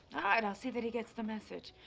and i'll see that he gets the message.